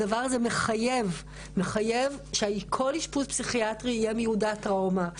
הדבר הזה מחייב שכל אשפוז פסיכיאטרי יהיה מיודע טראומה.